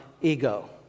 ego